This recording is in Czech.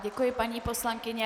Děkuji, paní poslankyně.